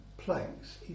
Planks